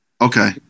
Okay